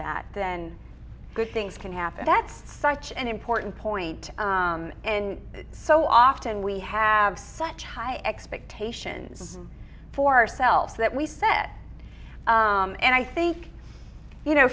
that then good things can happen that's such an important point and so often we have such high expectations for ourselves that we said and i think you know